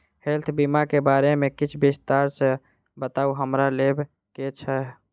Health बीमा केँ बारे किछ विस्तार सऽ बताउ हमरा लेबऽ केँ छयः?